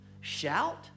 Shout